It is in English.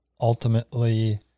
ultimately